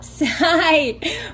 Hi